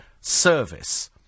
service